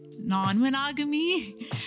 non-monogamy